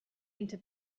into